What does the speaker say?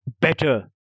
better